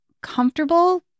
comfortable